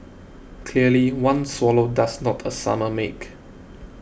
clearly one swallow does not a summer make